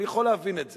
אני יכול להבין את זה.